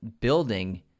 building